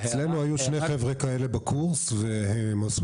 אצלנו היו שני חבר'ה כאלה בקורס והם עשו